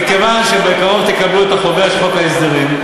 מכיוון שבקרוב תקבלו את החוברת של חוק ההסדרים,